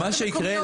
מה שיקרה,